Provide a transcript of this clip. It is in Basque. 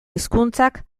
hizkuntzak